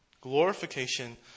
glorification